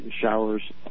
showers